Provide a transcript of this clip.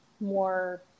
more